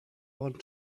want